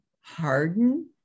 harden